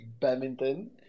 badminton